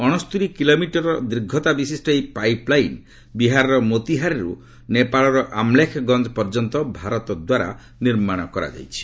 ଅଣସ୍ତୁରୀ kilometre metre ଦୀର୍ଘତା ବିଶିଷ୍ଟ ଏହି ପାଇପ୍ ଲାଇନ୍ ବିହାରର ମୋତିହାରିରୁ ନେପାଳର ଅମ୍ଳେଖଗଞ୍ଜ ପର୍ଯ୍ୟନ୍ତ ଭାରତ ଦ୍ୱାରା ନିର୍ମାଣ କରାଯାଇଛି